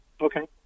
okay